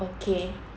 okay